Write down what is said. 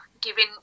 giving